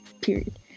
period